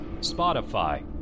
Spotify